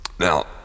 Now